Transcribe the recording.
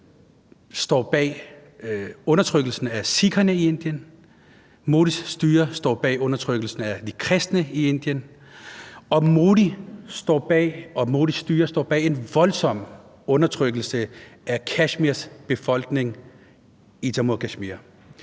Modi står bag undertrykkelsen af sikherne i Indien, Modis styre står bag undertrykkelsen af de kristne i Indien, og Modi og Modis styre står bag en voldsom undertrykkelse af Kashmirs befolkning i Jammu og Kashmir.